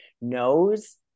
knows